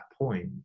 point